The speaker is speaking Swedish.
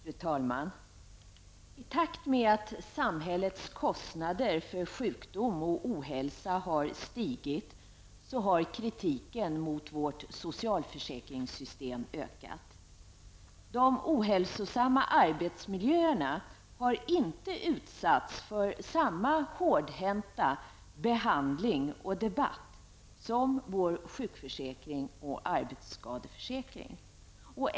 Fru talman! I takt med att samhällets kostnader för sjukdom och ohälsa har stigit har också kritiken mot vårt socialförsäkringssystem ökat. De ohälsosamma arbetsmiljöerna har inte utsatts för samma hårdhänta behandling och debatt som vår sjukförsäkring och arbetsskadeförsäkring.